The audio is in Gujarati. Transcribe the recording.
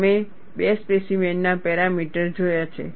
અમે બે સ્પેસીમેન ના પેરામીટર જોયા છે